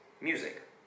music